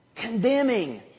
Condemning